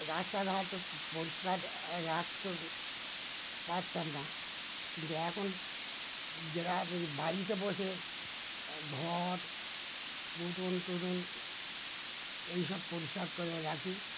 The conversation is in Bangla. রাস্তাঘাট পরিষ্কার রাখতে পারতাম না কিন্তু এখন গ্রামে বাড়িতে বসে ঘর উঠোন টুঠোন এইসব পরিষ্কার করে রাখি